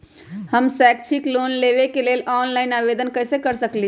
हम शैक्षिक लोन लेबे लेल ऑनलाइन आवेदन कैसे कर सकली ह?